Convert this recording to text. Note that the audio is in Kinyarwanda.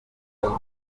ariko